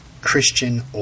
Christian